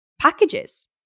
packages